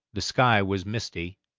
the sky was misty,